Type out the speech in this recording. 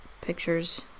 pictures